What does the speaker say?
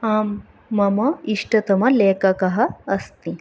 आं मम इष्टतमलेखकः अस्ति